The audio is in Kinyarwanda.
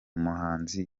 muhanzi